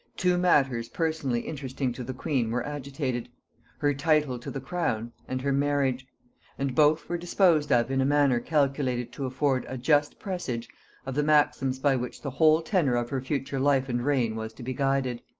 two matters personally interesting to the queen were agitated her title to the crown, and her marriage and both were disposed of in a manner calculated to afford a just presage of the maxims by which the whole tenor of her future life and reign was to be guided.